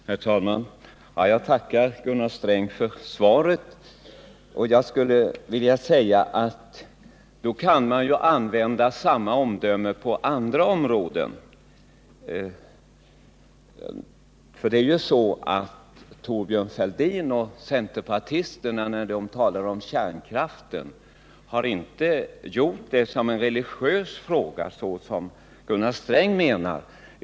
Herr talman! Jag tackar Gunnar Sträng för svaret. Jag tycker att man kan använda detta omdöme på andra områden. Thorbjörn Fälldin och centerpartisterna betraktar inte kärnkraften såsom en religiös fråga på det sätt som Gunnar Sträng menar.